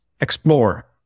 explore